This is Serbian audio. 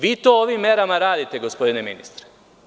Vi to ovim merama radite gospodine ministre.